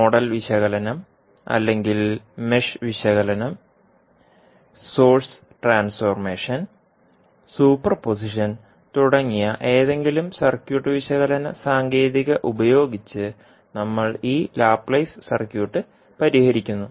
nodal വിശകലനം അല്ലെങ്കിൽ mesh വിശകലനം സോഴ്സ് ട്രാൻസ്ഫോർമേഷൻ സൂപ്പർപോസിഷൻ തുടങ്ങിയ ഏതെങ്കിലും സർക്യൂട്ട് വിശകലന സാങ്കേതികത ഉപയോഗിച്ച് നമ്മൾ ഈ ലാപ്ലേസ് സർക്യൂട്ട് പരിഹരിക്കുന്നു